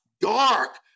dark